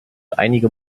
einige